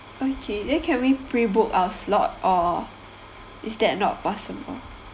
okay then can we pre-book our slot or is that not possible